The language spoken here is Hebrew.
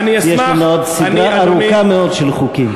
יש לנו עוד סדרה ארוכה של חוקים.